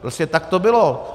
Prostě tak to bylo.